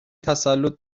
تسلط